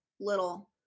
little